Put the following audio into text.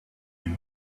you